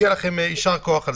מגיע לכם יישר כוח.